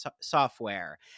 software